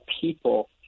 people